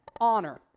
honor